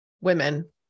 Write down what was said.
women